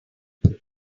life